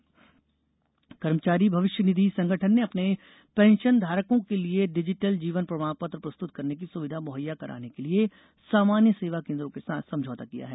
EPFO पेंशनधारक कर्मचारी भविष्या निधि संगठन ने अपने पेंशनधारकों के लिए डिजिटल जीवन प्रमाण पत्र प्रस्तृत करने की सुविधा मुहैया कराने के लिये सामान्य सेवा केंद्रों के साथ समझौता किया है